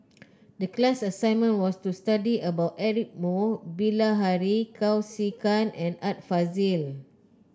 the class assignment was to study about Eric Moo Bilahari Kausikan and Art Fazil